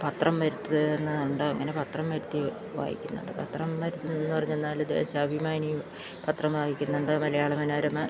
പത്രം വരുത്തുന്നുണ്ട് അങ്ങനെ പത്രം വരുത്തി വായിക്കുന്നുണ്ട് പത്രം വരുത്തുന്നുവെന്ന് പറഞ്ഞാല് ദേശാഭിമാനി പത്രം വായിക്കുന്നുണ്ട് മലയാള മനോരമ